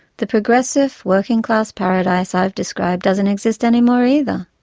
the progressive working class paradise i've described doesn't exist any more either.